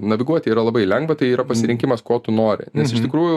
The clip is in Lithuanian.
naguoti yra labai lengva tai yra pasirinkimas ko tu nori nes iš tikrųjų